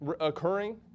occurring